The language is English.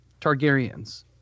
Targaryens